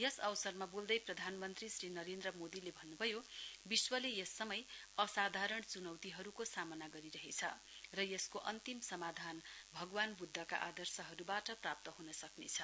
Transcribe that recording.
यस अवसरमा बोल्दै प्रधानमन्त्री श्री नरेन्द्र मोदीले भन्नुभयो विश्वले यस समय असाधारण चुनौतीहरूको सामना गरिरहेछ र यसको अन्तिम समाधान भगवान् बुद्धका आदर्शहरूबाट प्राप्त ह्न सक्नेछ